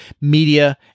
media